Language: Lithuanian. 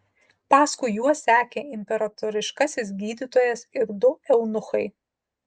paskui juos sekė imperatoriškasis gydytojas ir du eunuchai